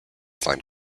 find